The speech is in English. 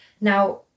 Now